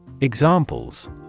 Examples